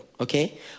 Okay